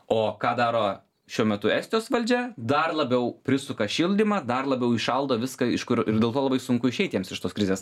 o ką daro šiuo metu estijos valdžia dar labiau prisuka šildymą dar labiau įšaldo viską iš kur ir dėl to labai sunku išeit jiems iš tos krizės